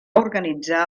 organitzar